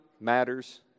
matters